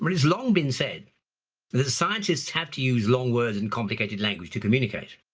but it's long been said that scientists have to use long words in complicated language to communicate.